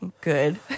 good